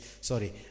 Sorry